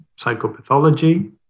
psychopathology